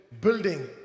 building